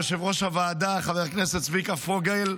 יושב-ראש הוועדה חבר הכנסת צביקה פוגל,